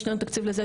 יש לנו תקציב לזה,